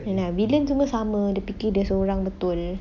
vill~ villain semua tu sama dia fikir dia seorang betul